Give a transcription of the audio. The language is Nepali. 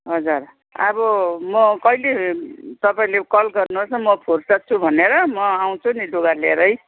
हजुर अब म कहिले तपाईँले कल गर्नु होस् न म फुर्सद छु भनेर म आउँछु नि लुगा लिएर